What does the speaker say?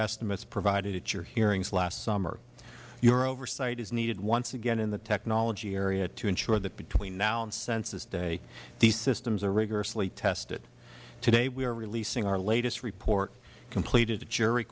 estimates provided at your hearings last summer your oversight is needed once again in the technology area to ensure that between now and census day these systems are rigorously tested today we are releasing our latest report completed a